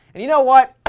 and you know what?